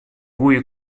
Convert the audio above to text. goede